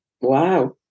Wow